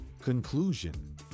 Conclusion